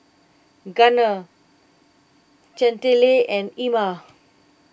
Gunner Chantelle and Ima